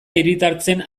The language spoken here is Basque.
hiritartzen